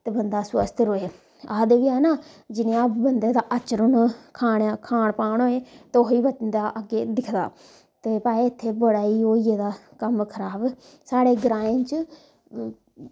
ते बंदा स्वस्थ रवैआखदे बी हैन ना जनेहा बंदे दा अचर्न खान पान होए ते ओही बंदा अग्गें दिखदा ते भाई इत्थे बड़ा ही ओह् होई गेदा कम्म खराब साढ़े ग्राएं च